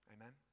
Amen